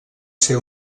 ser